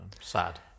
Sad